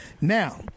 Now